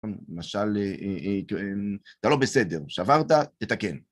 למשל, אתה לא בסדר, שברת, תתקן.